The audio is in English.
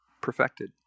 perfected